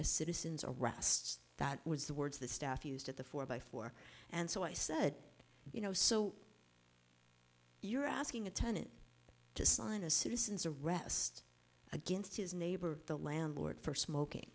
a citizen's arrests that was the words the staff used at the four by four and so i said you know so you're asking a tenant to sign a citizen's arrest against his neighbor the landlord for smoking